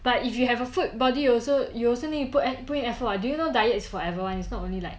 but if you have a food body also you also need you put in put in effort [what] do you know diet is forever [one] it's not only like